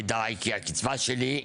כדאי כי הקצבה שלי,